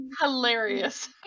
hilarious